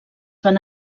van